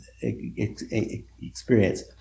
experience